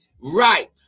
right